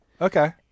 Okay